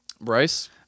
Bryce